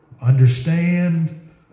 understand